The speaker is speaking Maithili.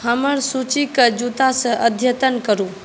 हमर सूचीके जूतासँ अद्यतन करू